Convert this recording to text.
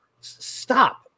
Stop